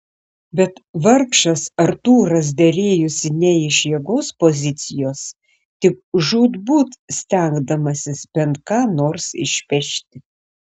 bet vargšas artūras derėjosi ne iš jėgos pozicijos tik žūtbūt stengdamasis bent ką nors išpešti